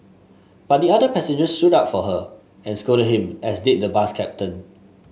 but the other passengers stood up for her and scolded him as did the bus captain